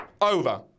over